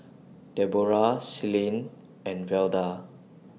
Debroah Celine and Velda